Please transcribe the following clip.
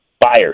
buyers